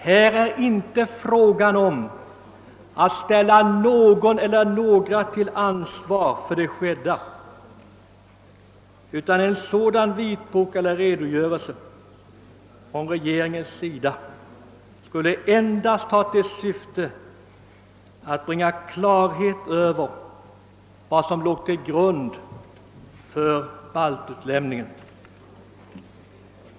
Här är det inte fråga om att ställa någon eller några till ansvar för det inträffade, utan en sådan vitbok eller redogörelse från regeringens sida skulle närmast ha till syfte att bringa klarhet över vad som låg till grund för baltutlämningen.